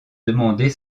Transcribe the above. demander